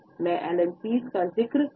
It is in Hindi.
मैं एलन पीज का जिक्र फिर से करूंगा